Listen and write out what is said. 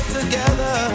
together